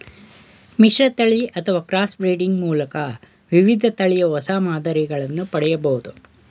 ಮಿಶ್ರತಳಿ ಅಥವಾ cross breeding ಮೂಲಕ ವಿವಿಧ ತಳಿಯ ಹೊಸ ಮಾದರಿಗಳನ್ನು ಪಡೆಯಬೋದು